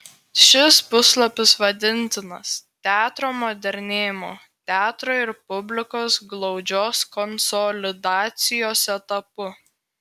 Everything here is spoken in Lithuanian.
šis puslapis vadintinas teatro modernėjimo teatro ir publikos glaudžios konsolidacijos etapu